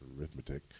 arithmetic